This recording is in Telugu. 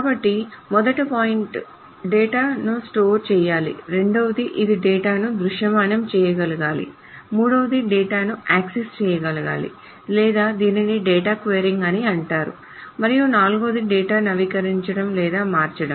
కాబట్టి మొదటి పాయింట్ డేటా ను స్టోర్ చేయాలి రెండవది ఇది డేటాను దృశ్యమానంచేయగలగాలి మూడవది డేటాను యాక్సెస్ చేయగలగాలి లేదా దీనినే డేటా క్వేరీయింగ్ అని కూడా అంటారు మరియు నాల్గవది డేటాను నవీకరించడం లేదా మార్చడం